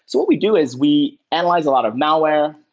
so what we do is we analyze a lot of malware,